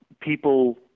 people